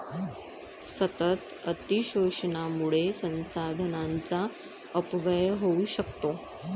सतत अतिशोषणामुळे संसाधनांचा अपव्यय होऊ शकतो